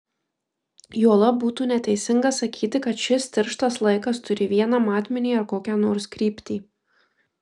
juolab būtų neteisinga sakyti kad šis tirštas laikas turi vieną matmenį ar kokią nors kryptį